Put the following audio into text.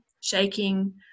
shaking